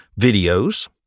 videos